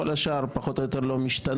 כל השאר פחות או יותר לא משתנה,